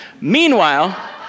Meanwhile